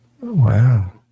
Wow